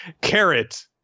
Carrot